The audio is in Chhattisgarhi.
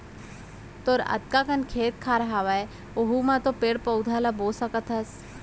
तोर अतका कन खेत खार हवय वहूँ म तो पेड़ पउधा ल बो सकत हस